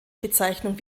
bezeichnung